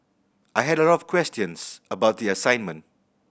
I had a lot of questions about the assignment